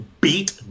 beat